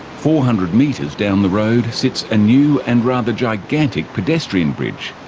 four hundred metres down the road sits a new and rather gigantic pedestrian bridge.